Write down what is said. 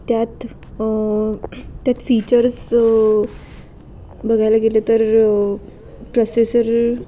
त्यात त्यात फीचर्स बघायला गेलं तर प्रोसेसर